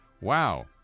Wow